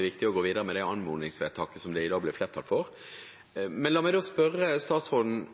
viktig å gå videre med det anmodningsvedtaket som det i dag blir flertall for. Men la meg spørre statsråden